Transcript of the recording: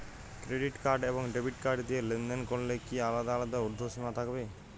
Credit card এবং debit card দিয়ে লেনদেন করলে কি আলাদা আলাদা ঊর্ধ্বসীমা থাকবে?